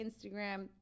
Instagram